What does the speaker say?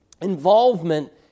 involvement